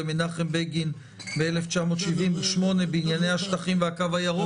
למנחם בגין ב-1978 בענייני השטחים והקו הירוק.